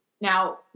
Now